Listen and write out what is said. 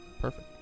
Perfect